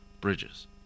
bridges